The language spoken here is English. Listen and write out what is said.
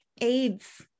AIDS